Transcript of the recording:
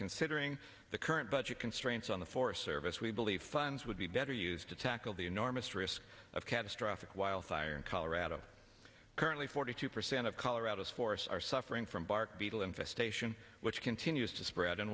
considering the current budget constraints on the forest service we believe funds would be better used to tackle the enormous risk of catastrophic wildfire in colorado currently forty two percent of colorado's forests are suffering from bark beetle infestation which continues to spread